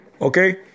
Okay